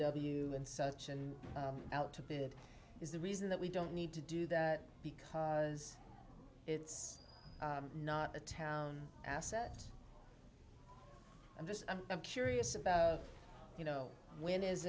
w and such and out to bid is the reason that we don't need to do that because it's not a town asset i'm just i'm curious about you know when is